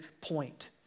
point